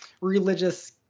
religious